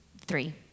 three